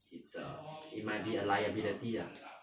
it's a it might be a liability lah